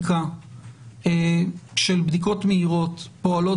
עד אישור התקנות של בדיקות מהירות פועלות